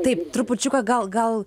taip trupučiuką gal gal